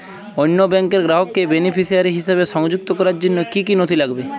অন্য ব্যাংকের গ্রাহককে বেনিফিসিয়ারি হিসেবে সংযুক্ত করার জন্য কী কী নথি লাগবে?